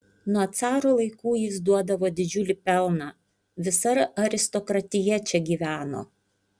nuo caro laikų jis duodavo didžiulį pelną visa aristokratija čia gyveno